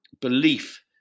belief